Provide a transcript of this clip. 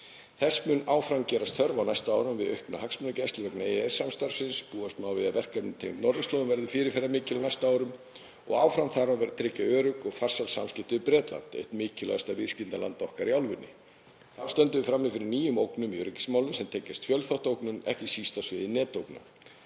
Þess mun áfram gerast þörf á næstu árum við aukna hagsmunagæslu vegna EES-samstarfsins. Búast má við að verkefni tengd norðurslóðum verði fyrirferðarmikil á næstu árum og þarf að tryggja örugg og farsæl samskipti við Bretland, eitt mikilvægasta viðskiptaland okkar í álfunni. Þá stöndum við frammi fyrir nýjum ógnum í öryggismálum sem tengjast fjölþáttaógnum, ekki síst á sviði netógna.